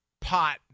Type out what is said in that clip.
pot